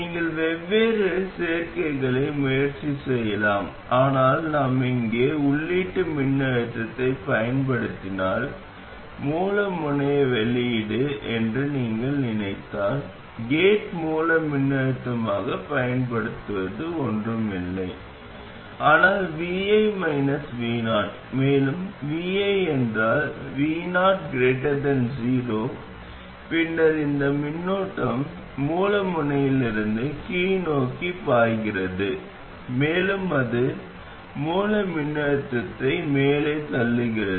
நீங்கள் வெவ்வேறு சேர்க்கைகளை முயற்சி செய்யலாம் ஆனால் நாம் இங்கே உள்ளீட்டு மின்னழுத்தத்தைப் பயன்படுத்தினால் மூல முனையை வெளியீடு என்று நீங்கள் நினைத்தால் கேட் மூல மின்னழுத்தமாகப் பயன்படுத்தப்படுவது ஒன்றும் இல்லை ஆனால் vi vo மேலும் vi என்றால் vo 0 பின்னர் இந்த மின்னோட்டம் மூல முனையில் கீழ்நோக்கி பாய்கிறது மேலும் அது மூல மின்னழுத்தத்தை மேலே தள்ளுகிறது